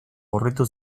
gorritu